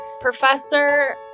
Professor